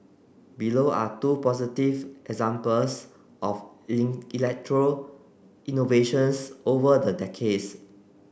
below are two positive examples of in electoral innovations over the decades